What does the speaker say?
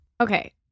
Okay